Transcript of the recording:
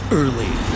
early